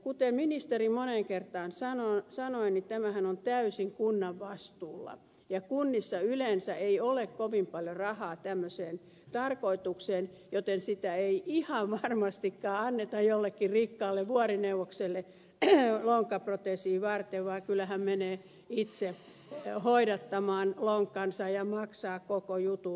kuten ministeri moneen kertaan sanoi tämähän on täysin kunnan vastuulla ja kunnissa yleensä ei ole kovin paljon rahaa tämmöiseen tarkoitukseen joten sitä ei ihan varmastikaan anneta jollekin rikkaalle vuorineuvokselle lonkkaproteesia varten vaan kyllä hän menee itse hoidattamaan lonkkansa ja maksaa koko jutun itse